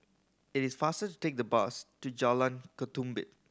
it is faster to take the bus to Jalan Ketumbit